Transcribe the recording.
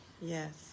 Yes